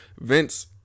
Vince